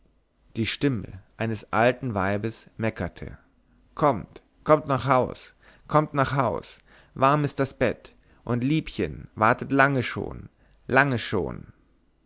die stimme eines alten weibes meckerte kommt kommt nach haus kommt nach haus warm ist das bett und liebchen wartet lange schon lange schon